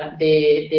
the